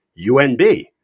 UNB